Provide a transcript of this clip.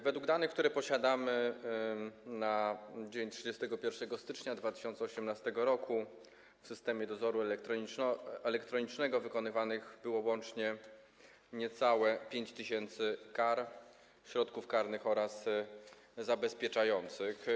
Według danych, które posiadamy, na dzień 31 stycznia 2018 r. w systemie dozoru elektronicznego wykonywanych było łącznie niecałe 5 tys. kar, środków karnych oraz zabezpieczających.